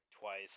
twice